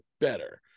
better